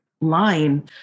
line